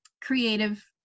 creative